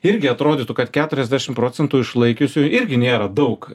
irgi atrodytų kad keturiasdešim procentų išlaikiusių irgi nėra daug